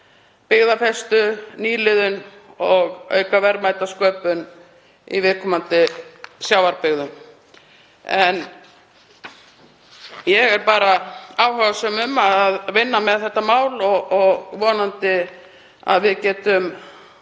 byggðafestu, nýliðun og auka verðmætasköpun í viðkomandi sjávarbyggðum. Ég er bara áhugasöm um að vinna með þetta mál og vonandi getum